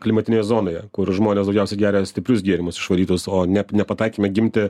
klimatinėje zonoje kur žmonės daugiausiai geria stiprius gėrimus išvarytus o ne nepataikėme gimti